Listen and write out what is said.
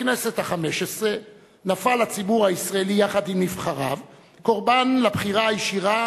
בכנסת החמש-עשרה נפל הציבור הישראלי יחד עם נבחריו קורבן לבחירה הישירה,